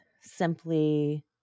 simply